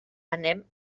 anem